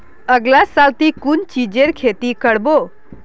अगला साल ती कुन चीजेर खेती कर्बो